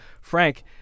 Frank